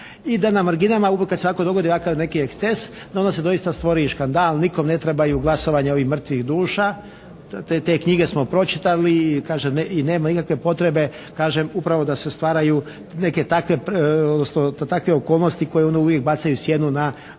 i da na marginama kad se ovako dogodi ovakav eksces onda se doista stvori i škandal, nikom ne trebaju glasovanje ovih mrtvih duša. Te knjige smo pročitali. I kažem, nema nikakve potrebe kažem upravo da se stvaraju neke takve okolnosti koje onda uvijek bacaju sjenu na